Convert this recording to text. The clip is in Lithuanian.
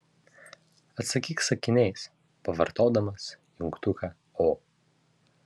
atsakyk sakiniais pavartodamas jungtuką o